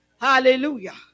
Hallelujah